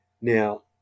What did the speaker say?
Now